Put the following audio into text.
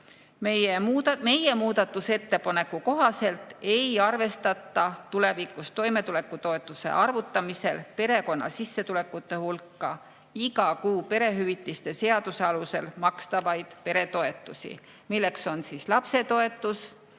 Meie muudatusettepaneku kohaselt ei arvestata tulevikus toimetulekutoetuse arvutamisel perekonna sissetulekute hulka iga kuu perehüvitiste seaduse alusel makstavaid peretoetusi: lapsetoetus,